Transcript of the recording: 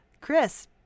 Chris